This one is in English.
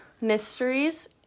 mysteries